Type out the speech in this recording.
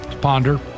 Ponder